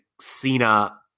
Cena